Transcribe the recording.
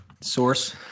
source